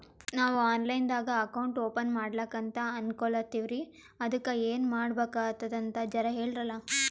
ನಾವು online ದಾಗ account open ಮಾಡ್ಲಕಂತ ಅನ್ಕೋಲತ್ತೀವ್ರಿ ಅದಕ್ಕ ಏನ ಮಾಡಬಕಾತದಂತ ಜರ ಹೇಳ್ರಲ?